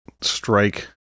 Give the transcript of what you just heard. strike